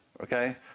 okay